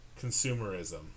consumerism